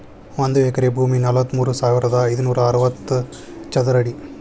ಒಂದ ಎಕರೆ ಭೂಮಿ ನಲವತ್ಮೂರು ಸಾವಿರದ ಐದನೂರ ಅರವತ್ತ ಚದರ ಅಡಿ